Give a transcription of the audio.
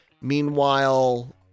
meanwhile